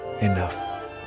enough